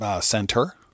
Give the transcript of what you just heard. center